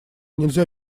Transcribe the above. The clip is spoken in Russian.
нельзя